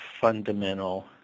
fundamental